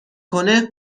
کنه